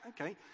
Okay